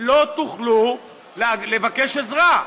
לא תוכלו לבקש עזרה.